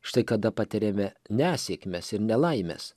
štai kada patiriame nesėkmes ir nelaimes